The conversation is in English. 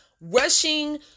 rushing